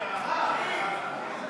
ההצעה להעביר את